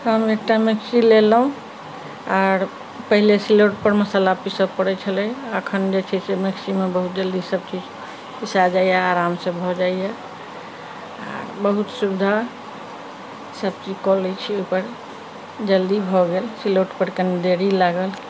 हम एकटा मिक्सी लेलहुॅं आर पहिले सिलौट पर मसल्ला पीसय परै छलय अखन जे छै से मिक्सी मे बहुत जल्दी इसब चीज पीसा जाइया आराम सॅं भऽ जाइया आ बहुत सुविधा सब चीज कऽ लै छी ओहि पर जल्दी भऽ गेल सिलौट पर कनी देरी लागल